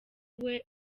iwe